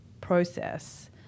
process